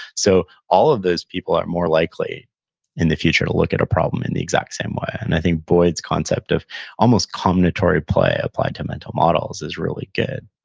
so, all of those people are more likely in the future to look at a problem in the exact same way, and i think boyd's concept of almost comminatory play applied to mental models is really good